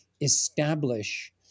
establish